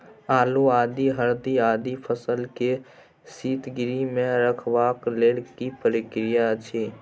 आलू, आदि, हरदी आदि फसल के शीतगृह मे रखबाक लेल की प्रक्रिया अछि?